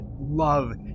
love